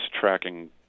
tracking